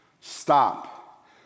Stop